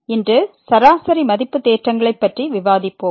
இன்று சராசரி மதிப்பு தேற்றங்களைப் பற்றி விவாதிப்போம்